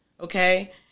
Okay